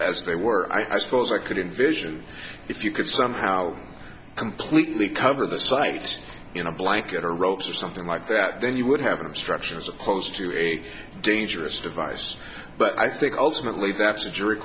as they were i suppose i could envision if you could somehow completely cover the sites in a blanket or ropes or something like that then you would have an obstruction as opposed to a dangerous device but i think ultimately that's a jury